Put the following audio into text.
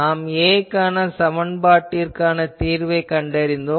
நாம் A க்கான சமன்பாட்டிற்கு தீர்வு கண்டறிந்தோம்